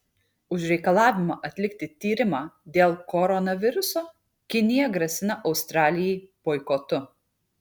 už reikalavimą atlikti tyrimą dėl koronaviruso kinija grasina australijai boikotu